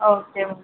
okay ma'am